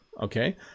okay